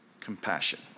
compassion